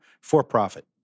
for-profit